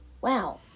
wow